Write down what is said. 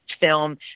film